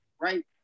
right